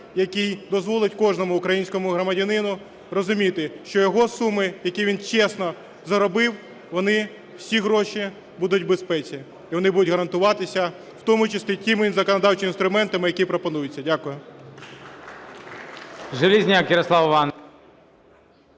який дозволить кожному українському громадянину розуміти, що його суми, які він чесно заробив, всі гроші будуть у безпеці, вони будуть гарантуватися, в тому числі тими законодавчими інструментами, які пропонуються.